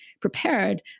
prepared